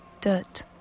Dirt